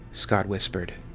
scott whispered.